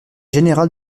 général